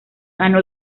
ganó